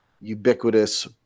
ubiquitous